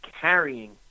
carrying